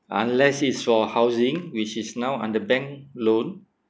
unless it's for housing which is now under bank loan